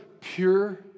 pure